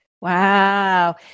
Wow